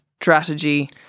strategy